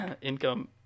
income